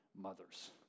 Mothers